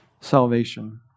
salvation